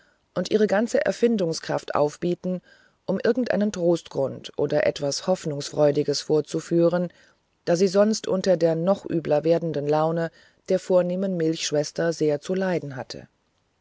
und ihre ganze erfindungskraft aufbieten um irgendeinen trostgrund oder etwas hoffnungsfreudiges vorzuführen da sie sonst unter der noch übler werdenden laune der vornehmen milchschwester sehr zu leiden hatte